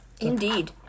Indeed